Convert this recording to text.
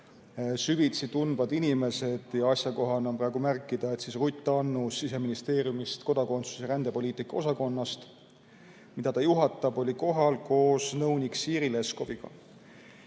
süvitsi tundvad inimesed. Asjakohane on praegu märkida, et Ruth Annus Siseministeeriumi kodakondsus- ja rändepoliitika osakonnast, mida ta juhatab, oli kohal koos nõunik Siiri Leskoviga. Käies